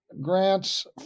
grants